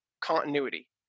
continuity